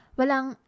walang